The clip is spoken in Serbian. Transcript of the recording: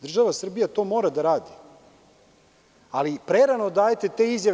Država Srbija to mora da radi, ali prerano dajete te izjave.